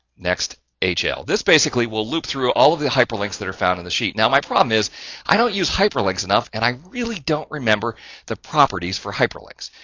next hl. this basically will loop through all of the hyperlinks that are found in the sheet. now my problem is i don't use hyperlinks enough and i really don't remember the properties for hyperlinks.